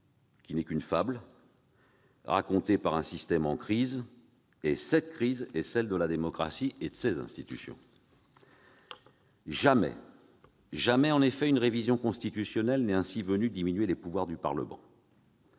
n'est qu'une fable racontée par un système en crise. Cette crise est celle de la démocratie et de ses institutions. Jamais, en effet, une révision constitutionnelle n'est venue diminuer ainsi les pouvoirs du Parlement